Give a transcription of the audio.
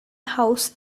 house